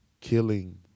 killing